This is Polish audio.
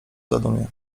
zadumie